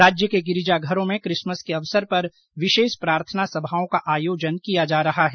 प्रदेश के गिरिजाघरों में किसमस के अवसर पर विशेष प्रार्थना सभाओं का आयोजन किया जा रहा है